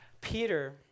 Peter